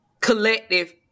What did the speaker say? collective